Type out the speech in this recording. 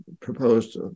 proposed